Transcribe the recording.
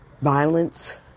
Violence